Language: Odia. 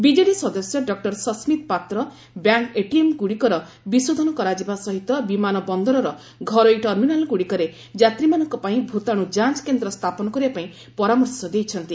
ବିଜେଡ଼ି ସଦସ୍ୟ ଡକ୍କର ସସ୍କିତ ପାତ୍ର ବ୍ୟାଙ୍କ୍ ଏଟିଏମ୍ଗୁଡ଼ିକର ବିଶୋଧନ କରାଯିବା ସହିତ ବିମାନ ବନ୍ଦରର ଘରୋଇ ଟର୍ମିନାଲ୍ଗୁଡ଼ିକରେ ଯାତ୍ରୀମାନଙ୍କ ପାଇଁ ଭୂତାଣୁ ଯାଞ୍ଚ କେନ୍ଦ୍ର ସ୍ଥାପନ କରିବା ପାଇଁ ପରାମର୍ଶ ଦେଇଛନ୍ତି